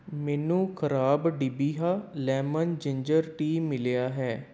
ਮੈਨੂੰ ਖ਼ਰਾਬ ਡਿਬਿਹਾ ਲੈਮਨ ਜਿੰਜਰ ਟੀ ਮਿਲਿਆ ਹੈ